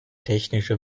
technische